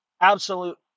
absolute